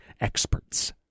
experts